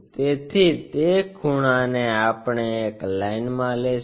તેથી તે ખૂણાને આપણે એક લાઈનમાં લેશું